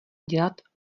dělat